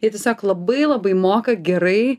jie tiesiog labai labai moka gerai